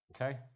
okay